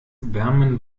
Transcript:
wärmen